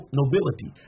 nobility